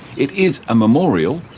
it is a memorial,